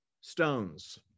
stones